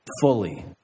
fully